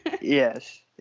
Yes